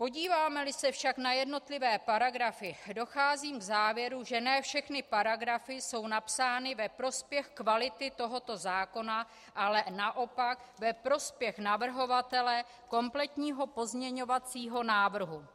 Podívámeli se však na jednotlivé paragrafy, docházím k závěru, že ne všechny paragrafy jsou napsány ve prospěch kvality tohoto zákona, ale naopak ve prospěch navrhovatele komplexního pozměňovacího návrhu.